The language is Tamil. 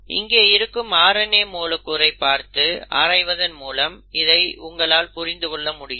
இங்கே இருக்கும் RNA மூலக்கூறை பார்த்து ஆராய்வதன் மூலம் இதை உங்களால் புரிந்து கொள்ள முடியும்